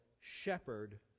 shepherd